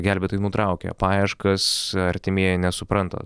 gelbėtojai nutraukė paieškas artimieji nesupranta